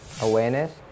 awareness